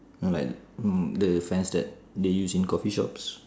like the fans that they use in coffee shops